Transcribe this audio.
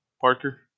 Parker